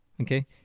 okay